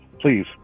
please